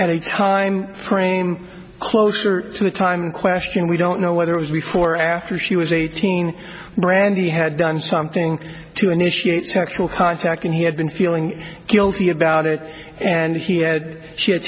at a time frame closer to the time question we don't know whether it was before or after she was eighteen randy had done something to initiate sexual contact and he had been feeling guilty about it and he had she had